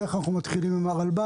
בדרך כלל אנחנו מתחילים עם הרלב"ד.